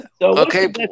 Okay